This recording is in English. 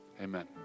Amen